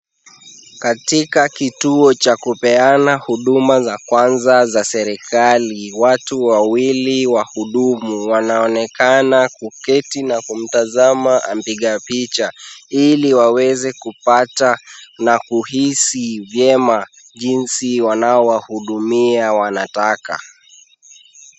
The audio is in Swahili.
Katika kituo cha kupeana huduma za kwanza za serekali, watu wawili wahudumu wanaonekana kuketi na kumtazama mpiga picha ili waweze kupata na kuhisi vyema jinsi wanaowahudumia wanataka.